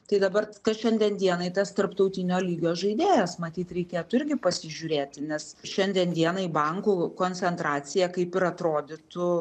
tai dabar kas šiandien dienai tas tarptautinio lygio žaidėjas matyt reikėtų irgi pasižiūrėti nes šiandien dienai bankų koncentracija kaip ir atrodytų